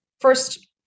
first